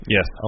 Yes